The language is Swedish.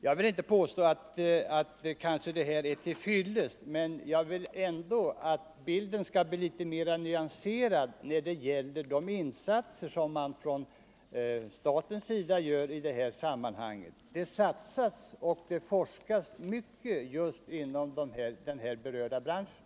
Jag vill kanske inte påstå att detta är till fyllest, men jag vill ändå att bilden skall bli litet mera nyanserad när det gäller de insatser som staten gör i det här sammanhanget. Det satsas och det forskas mycket just inom den här berörda branschen.